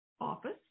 office